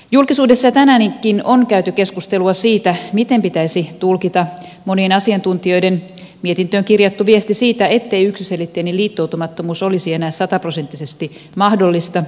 julkisuudessa ja tänäänkin on käyty keskustelua siitä miten pitäisi tulkita monien asiantuntijoiden toimesta mietintöön kirjattu viesti siitä ettei yksiselitteinen liittoutumattomuus olisi enää sataprosenttisesti mahdollista